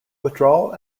withdrawal